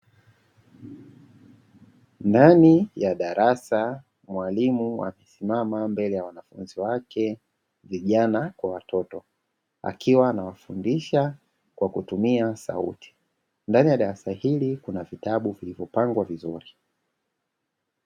Nani ya darasa mwalimu akisimama mbele ya wanafunzi wake vijana kwa watoto. Akiwa anawafundisha kwa kutumia sauti. Ndani ya darasa hili kuna vitabu vilivyopangwa vizuri.